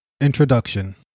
Introduction